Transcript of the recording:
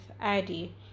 Addie